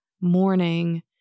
morning